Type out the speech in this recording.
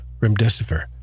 remdesivir